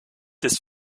ist